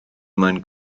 mwyn